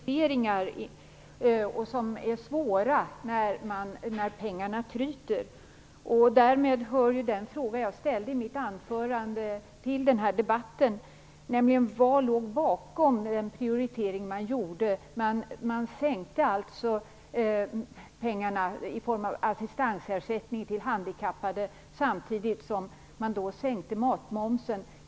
Herr talman! Socialministern tog i sitt anförande upp detta med att det är svårt att göra prioriteringar när pengarna tryter. Till den debatten hör ju den fråga jag ställde i mitt anförande, nämligen vad det var som låg bakom den prioritering man gjorde när man sänkte anslaget till assistansersättningen till handikappade samtidigt som man sänkte matmomsen.